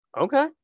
Okay